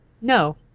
no